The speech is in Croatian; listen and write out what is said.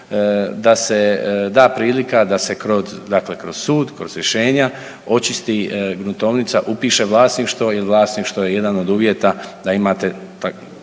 da se da prilika da se, dakle kroz sud, kroz rješenja očisti gruntovnica, upiše vlasništvo jer vlasništvo je jedan od uvjeta da imate